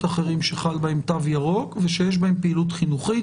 אחרים שחל בהם תו ירוק ושיש בהם פעילות חינוכית.